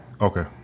Okay